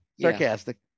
sarcastic